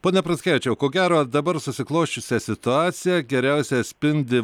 pone pranckevičiau ko gero dabar susiklosčiusią situaciją geriausiai atspindi